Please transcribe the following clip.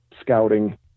scouting